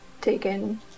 Taken